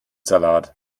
salat